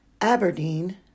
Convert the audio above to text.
Aberdeen